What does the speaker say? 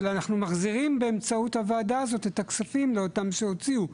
אבל אנחנו מחזירים באמצעות הוועדה הזאת את הכספים לאותם אלה שהוציאו,